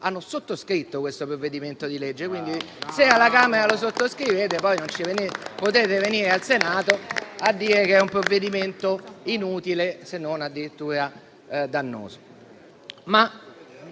hanno sottoscritto questo provvedimento. Se alla Camera lo sottoscrivete, non potete poi venire al Senato a dire che è un provvedimento inutile, se non addirittura dannoso.